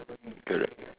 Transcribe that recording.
correct